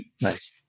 nice